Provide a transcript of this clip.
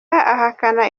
ahakana